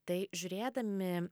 tai žiūrėdami